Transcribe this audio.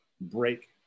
break